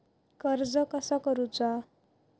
कर्ज कसा करूचा?